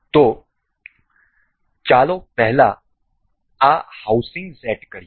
તેથી ચાલો પહેલા આ હાઉસિંગ સેટ કરીએ